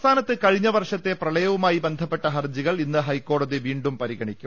സംസ്ഥാനത്ത് കഴിഞ്ഞ വർഷത്തെ പ്രളയവുമായി ബന്ധപ്പെട്ട ഹർജികൾ ഇന്ന് ഹൈക്കോടതി വീണ്ടും പരിഗണിക്കും